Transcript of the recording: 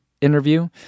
interview